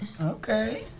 Okay